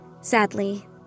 Sadly